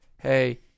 hey